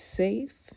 safe